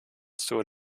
zur